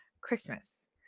Christmas